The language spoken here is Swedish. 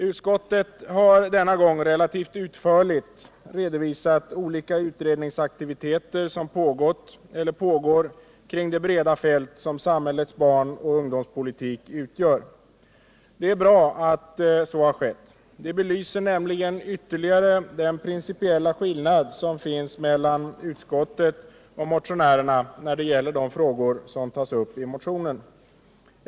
Utskottet har denna gång relativt utförligt redovisat olika utredningsaktiviteter som pågått eller pågår kring det breda fält som samhällets barnoch ungdomspolitik utgör. Det är bra att så har skett. Det belyser nämligen ytterligare den principiella skillnad som finns mellan utskottet och motionärerna när det gäller de frågor som tas upp i motionen.